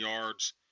yards